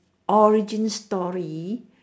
origin story